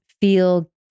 feel